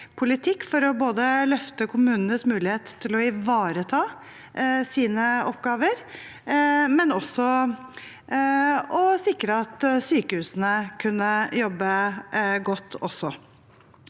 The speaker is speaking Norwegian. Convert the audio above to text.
politikk for å både løfte kommunenes mulighet til å ivareta sine oppgaver og sikre at sykehusene kunne jobbe godt.